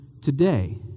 today